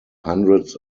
hundreds